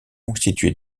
constitués